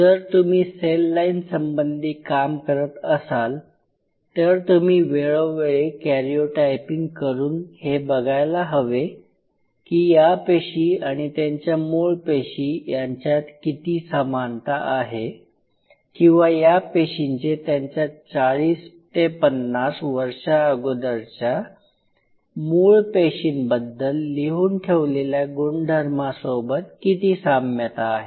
जर तुम्ही cell line संबंधी काम करत असाल तर तुम्ही वेळोवेळी कॅर्योटायपिंग करून हे बघायला हवे की या पेशी आणि त्यांच्या मूळ पेशी यांच्यात किती समानता आहे किंवा या पेशींचे त्यांच्या 40 50 वर्षाअगोदरच्या मूळ पेशींबद्दल लिहून ठेवलेल्या गुणधर्मांसोबत किती साम्यता आहे